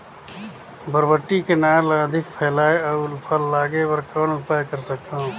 बरबट्टी के नार ल अधिक फैलाय अउ फल लागे बर कौन उपाय कर सकथव?